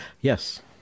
Yes